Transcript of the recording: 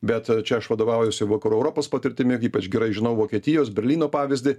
bet čia aš vadovaujuosi vakarų europos patirtimi ypač gerai žinau vokietijos berlyno pavyzdį